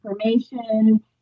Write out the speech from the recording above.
information